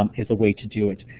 um is a way to do it.